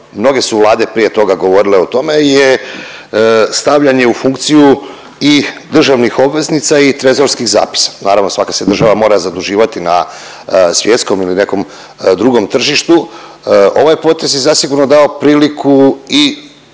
mnoge su Vlade prije toga govorile o tome, je stavljanje u funkciju i državnih obveznica i trezorskih zapisa, naravno svaka se država mora zaduživati na svjetskom ili nekom drugom tržištu. Ovaj potez je zasigurno dao priliku i